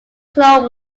claude